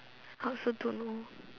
I also don't know